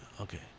Okay